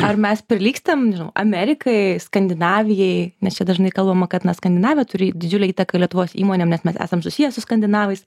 ar mes prilygstam nežinau amerikai skandinavijai nes čia dažnai kalbama kad skandinavai turi didžiulę įtaką lietuvos įmonėm nes mes esam susiję su skandinavais